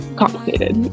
complicated